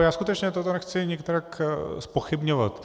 Já skutečně toto nechci nikterak zpochybňovat.